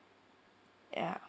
ya